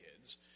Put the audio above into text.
kids